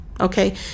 Okay